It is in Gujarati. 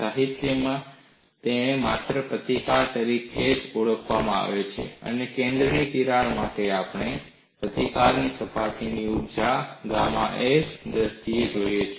સાહિત્યમાં તેને માત્ર પ્રતિકાર તરીકે જ ઓળખવામાં આવે છે અને કેન્દ્રની તિરાડ માટે આપણે આ પ્રતિકારને સપાટીની ઊર્જા ગામા s ની દ્રષ્ટિએ જોયો છે